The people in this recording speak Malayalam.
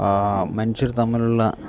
മനുഷ്യർ തമ്മിലുള്ള